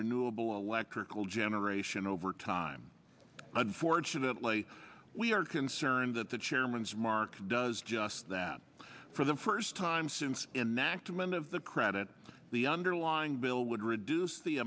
renewable electrical generation over time unfortunately we are concerned that the chairman's mark does just that for the first time since enactment of the credit the underlying bill would reduce the